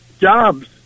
jobs